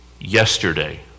yesterday